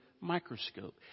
microscope